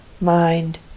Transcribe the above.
mind